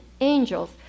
angels